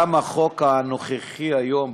גם החוק הנוכחי היום,